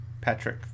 patrick